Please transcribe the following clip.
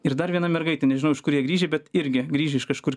ir dar viena mergaitė nežinau iš kur jie grįžę bet irgi grįžę iš kažkur